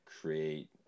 create